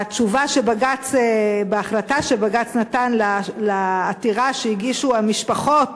בהחלטה שבג"ץ נתן בעתירה שהגישו המשפחות